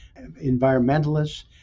environmentalists